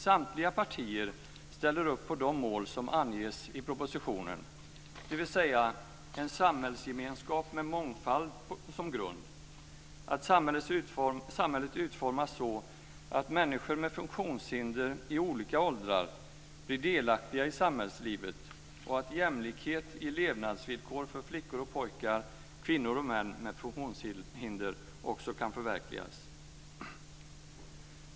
Samtliga partier ställer upp på de mål som anges i propositionen, dvs. - en samhällsgemenskap med mångfald som grund - att samhället utformas så att människor med funktionshinder i olika åldrar blir delaktiga i samhällslivet och - att jämlikhet i levnadsvillkor för flickor och pojkar liksom kvinnor och män med funktionshinder kan förverkligas.